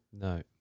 no